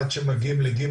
עד שמגיעים לג',